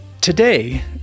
today